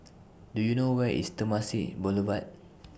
Do YOU know Where IS Temasek Boulevard